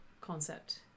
concept